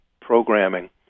programming